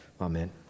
Amen